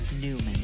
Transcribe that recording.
Newman